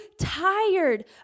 tired